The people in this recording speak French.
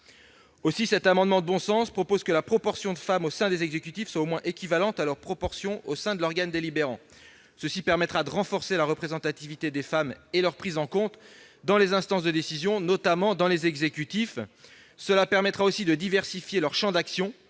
Aussi, par cet amendement de bon sens, nous proposons que la proportion de femmes au sein des exécutifs soit au moins équivalente à leur proportion au sein de l'organe délibérant. Cela permettra de renforcer la représentativité des femmes et leur prise en compte dans les instances de décisions, notamment dans les exécutifs. Cela permettra aussi de diversifier leurs champs d'action,